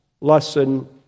lesson